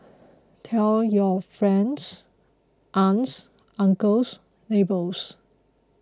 tell your friends aunts uncles neighbours